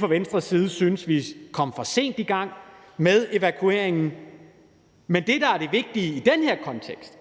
fra Venstres side, at vi kom for sent i gang med evakueringen. Men det, der er det vigtige i den her kontekst,